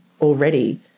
already